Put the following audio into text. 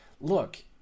look